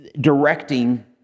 directing